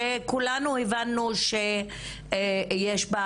שכולנו הבנו שיש בה